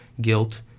guilt